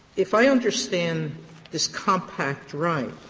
if i understand this compact right,